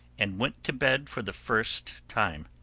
and went to bed for the first time.